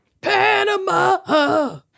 Panama